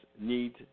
need